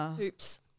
Oops